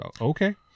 Okay